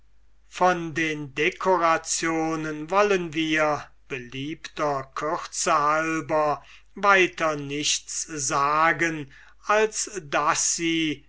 von den decorationen wollen wir beliebter kürze halben weiter nichts sagen als daß sie